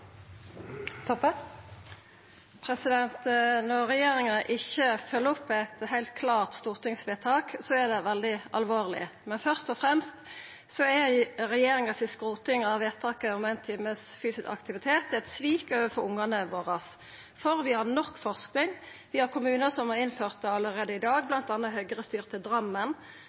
Toppe – til oppfølgingsspørsmål. Når regjeringa ikkje følgjer opp eit heilt klart stortingsvedtak, er det veldig alvorleg. Men først og fremst er regjeringas skroting av vedtaket om éin time fysisk aktivitet eit svik overfor ungane våre, for vi har nok forsking via kommunar som har innført det allereie i dag, bl.a. høgrestyrte Drammen.